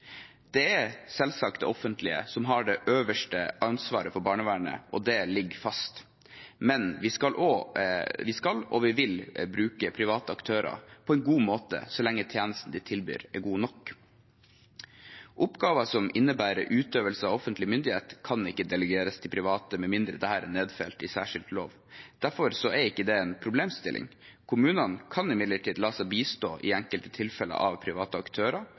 Det er selvsagt det offentlige som har det øverste ansvaret for barnevernet, det ligger fast, men vi skal og vil bruke private aktører på en god måte så lenge tjenesten de tilbyr, er god nok. Oppgaver som innebærer utøvelse av offentlig myndighet, kan ikke delegeres til private med mindre det er nedfelt i særskilt lov. Derfor er dette ikke en problemstilling. Kommunene kan imidlertid la seg bistå av private aktører i enkelte tilfeller – under aktiv styring og ledelse av